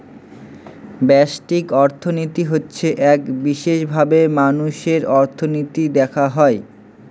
ব্যষ্টিক অর্থনীতি হচ্ছে এক বিশেষভাবে মানুষের অর্থনীতি দেখা হয়